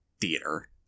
theater